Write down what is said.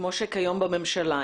כמו שכיום בממשלה,